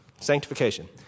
sanctification